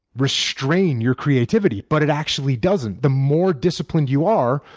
restrain your creativity, but it actually doesn't. the more disciplined you are,